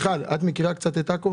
שנים.